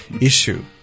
issue